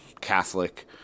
Catholic